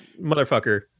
motherfucker